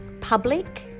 public